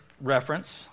reference